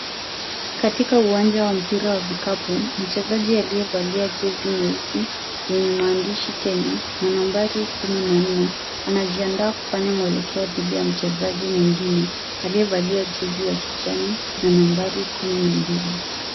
Katika uwanja wa mpira wa vikapu, mchezaji aliyevalia jezi nyeusi yenye maandishi Kenya na nambari kumi na nnne anajiandaa kufanya mwelekeo dhidi ya mchezaji mwingine aliyevalia jezi ya kijani na nambari kumi na mbili.